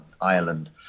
Ireland